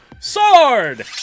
Sword